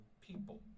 people